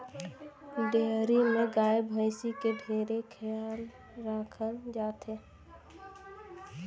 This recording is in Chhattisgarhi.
डेयरी में गाय, भइसी के ढेरे खयाल राखल जाथे